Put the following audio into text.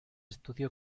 estudió